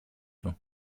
του